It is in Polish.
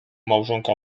małżonka